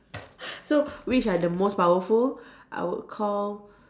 so which are the most powerful I would call